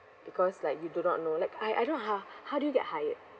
because like you do not know like I I don't know how how do you get hired